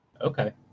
Okay